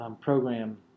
program